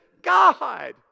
God